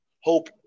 hope